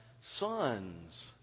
sons